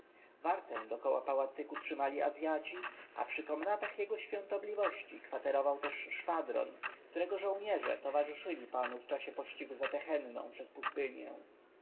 wartę dokoła pałacyku trzymali azjaci a przy komnatach jego świątobliwości kwaterował ten szwadron którego żołnierze towarzyszyli panu w czasie pościgu za tehenną przez pustynię